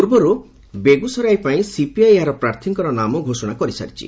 ପୂର୍ବରୁ ବେଗୁସରାଇ ପାଇଁ ସିପିଆଇ ଏହାର ପ୍ରାର୍ଥୀଙ୍କର ନାମ ଘୋଷଣା କରିସାରିଛି